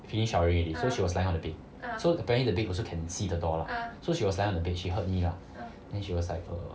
finish showering already so she was lying on the bed so apparently the bed also can see the door so she was lying on the bed she heard me lah then she was like err